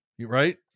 Right